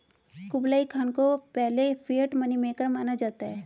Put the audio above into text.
Kublai Khan को पहले fiat money maker माना जाता है